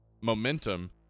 momentum